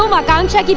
um akansha?